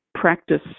practice